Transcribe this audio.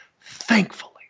thankfully